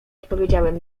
odpowiedziałem